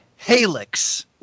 Halix